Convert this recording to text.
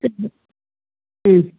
ம்